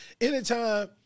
Anytime